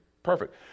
Perfect